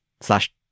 slash